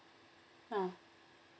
ah